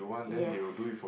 yes